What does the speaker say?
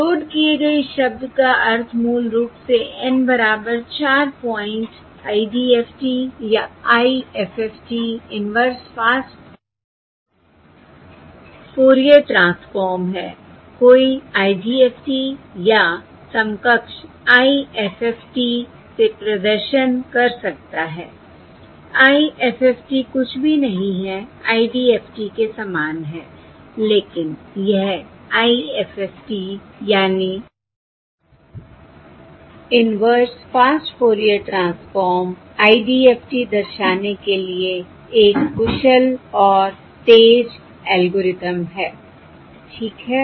load किए गए इस शब्द का अर्थ मूल रूप से N बराबर 4 पॉइंट IDFT या IFFT inverse fast Fourier transform है कोई IDFT या समकक्ष IFFT से प्रदर्शन कर सकता है IFFT कुछ भी नहीं है IDFT के समान है लेकिन यह IFFT यानी inverse fast Fourier transform IDFT दर्शाने के लिए एक कुशल और तेज़ एल्गोरिथम है ठीक है